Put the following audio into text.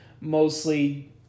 mostly